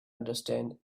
understand